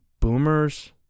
Boomers